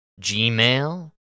Gmail